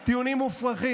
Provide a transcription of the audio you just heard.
הם טיעונים מופרכים.